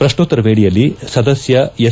ಪ್ರಶ್ನೋತ್ತರ ವೇಳೆಯಲ್ಲಿ ಸದಸ್ಯ ಎಸ್